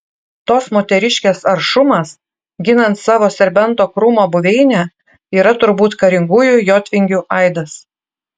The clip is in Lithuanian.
tos moteriškės aršumas ginant savo serbento krūmo buveinę yra turbūt karingųjų jotvingių aidas